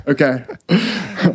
Okay